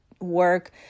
work